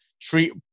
treat